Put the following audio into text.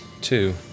two